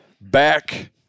back